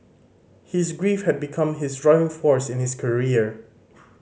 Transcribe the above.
his grief had become his driving force in his career